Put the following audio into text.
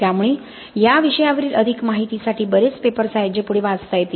त्यामुळे या विषयावरील अधिक माहितीसाठी बरेच पेपर्स आहेत जे पुढे वाचता येतील